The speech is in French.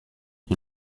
qui